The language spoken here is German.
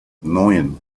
neun